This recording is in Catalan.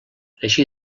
així